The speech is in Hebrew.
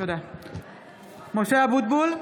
(קוראת בשמות חברי הכנסת) משה אבוטבול,